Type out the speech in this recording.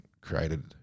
created